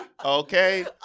Okay